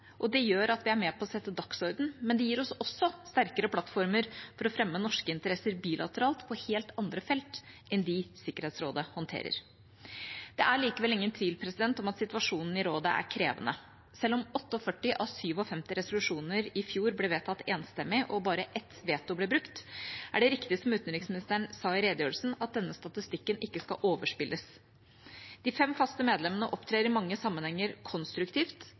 Det gjør at vi er med på å sette dagsordenen, og det gir oss også sterkere plattformer for å fremme norske interesser bilateralt på helt andre felter enn dem Sikkerhetsrådet håndterer. Det er likevel ingen tvil om at situasjonen i rådet er krevende. Selv om 48 av 57 resolusjoner i fjor ble vedtatt enstemmig, og bare ett veto ble brukt, er det riktig som utenriksministeren sa i redegjørelsen: at denne statistikken ikke skal overspilles. De fem faste medlemmene opptrer i mange sammenhenger konstruktivt,